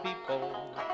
people